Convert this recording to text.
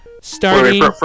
starting